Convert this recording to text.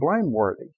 blameworthy